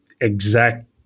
exact